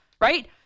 Right